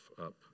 up